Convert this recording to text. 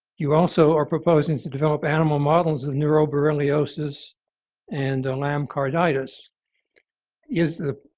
you also are proposing to develop animal models of neuroborreliosis and lyme carditis. is the